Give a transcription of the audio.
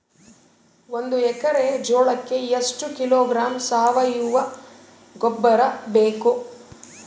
ಒಂದು ಎಕ್ಕರೆ ಜೋಳಕ್ಕೆ ಎಷ್ಟು ಕಿಲೋಗ್ರಾಂ ಸಾವಯುವ ಗೊಬ್ಬರ ಬೇಕು?